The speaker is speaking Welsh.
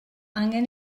angen